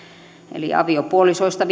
eli aviopuolisoista